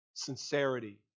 sincerity